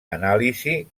anàlisi